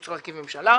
כשהוא צריך להרכיב ממשלה.